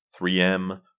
3M